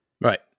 right